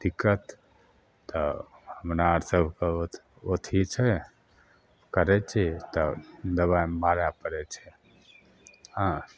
दिक्कत तऽ हमरा आर सबके बहुत ओथी छै करय छी तब दवाइ मारय पड़य छै हँ